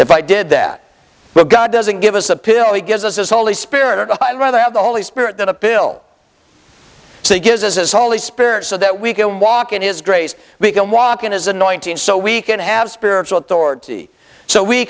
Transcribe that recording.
if i did that but god doesn't give us a pill he gives us his holy spirit i'd rather have the holy spirit than a bill so he gives us his holy spirit so that we can walk in his grace we can walk in his annoying thousand so we can have spiritual authority so we